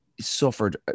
suffered